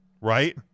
Right